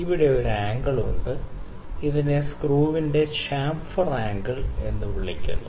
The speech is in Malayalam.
ഇവിടെ ഒരു ആംഗിൾ ഉണ്ട് ഇതിനെ സ്ക്രൂവിന്റെ ഷാംഫർ ആംഗിൾ എന്ന് വിളിക്കുന്നു